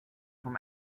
from